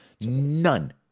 None